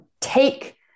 take